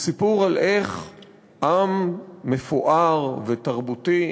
והוא סיפור על איך עם מפואר ותרבותי,